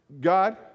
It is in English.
God